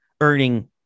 earning